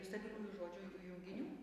stabiliųjų žodžių ju junginių